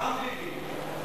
גם אני פה.